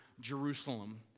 Jerusalem